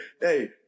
hey